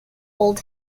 old